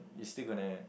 you still gonna